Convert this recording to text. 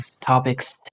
topics